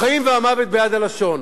החיים והמוות ביד הלשון,